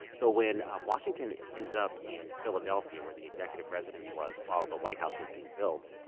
so when um washington ends up in philadelphia, where the executive residence was while the white house was being built,